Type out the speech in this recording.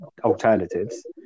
alternatives